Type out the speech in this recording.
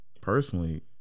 personally